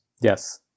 Yes